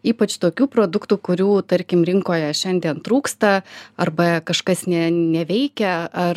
ypač tokių produktų kurių tarkim rinkoje šiandien trūksta arba kažkas ne neveikia ar